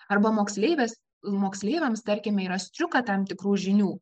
arba moksleivis moksleiviams tarkime yra striuka tam tikrų žinių